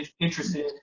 interested